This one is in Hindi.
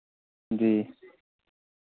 जी